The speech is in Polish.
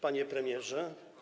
Panie Premierze!